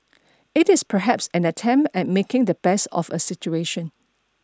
it is perhaps an attempt at making the best of a situation